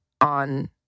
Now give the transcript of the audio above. on